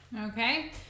Okay